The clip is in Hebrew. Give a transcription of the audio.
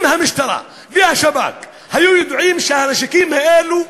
אם המשטרה והשב"כ היו יודעים שהנשקים האלו,